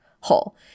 whole